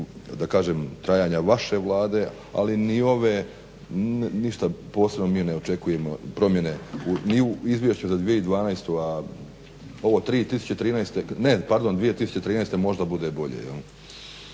za vrijeme trajanja vaše Vlade, ali ni ove ništa posebno mi ne očekujemo promjene ni u izvješću za 2012., a ovo 2013.možda bude bolje.